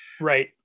right